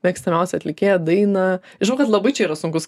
mėgstamiausią atlikėją dainą žinau kad labai čia yra sunkus